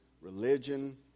religion